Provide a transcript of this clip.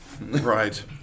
Right